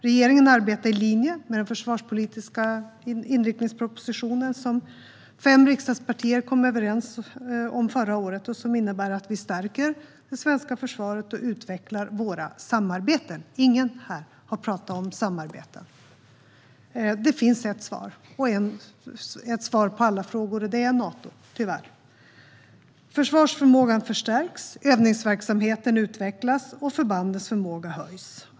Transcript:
Regeringen arbetar i linje med den försvarspolitiska inriktningspropositionen, som fem riksdagspartier kom överens om förra året och som innebär att vi stärker det svenska försvaret och utvecklar våra samarbeten. Ingen här har pratat om samarbete. Det finns ett svar på alla frågor, och det är Nato, tyvärr. Försvarsförmågan förstärks, övningsverksamheten utvecklas och förbandens förmåga höjs.